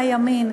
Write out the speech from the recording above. מהימין.